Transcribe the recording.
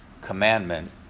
commandment